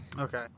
Okay